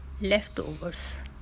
leftovers